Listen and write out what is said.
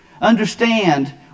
understand